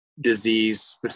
disease